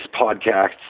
podcast